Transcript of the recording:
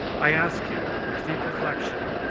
i ask you, with deep reflection,